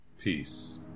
Peace